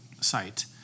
site